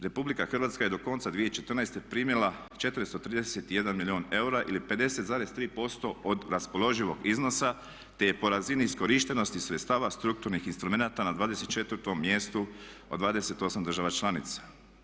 RH je do konca 2014.primila 431 milijuna eura ili 50,3% od raspoloživog iznosa te je po razini iskorištenosti sredstva strukturnih instrumenata na 24 mjestu od 28 država članica.